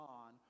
on